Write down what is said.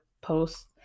posts